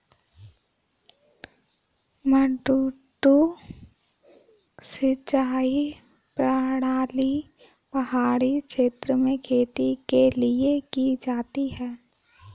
मडडू सिंचाई प्रणाली पहाड़ी क्षेत्र में खेती के लिए की जाती है